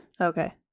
Okay